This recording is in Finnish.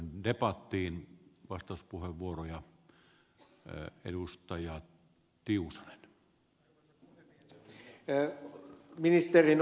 ministerin usko on vahva